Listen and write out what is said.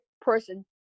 person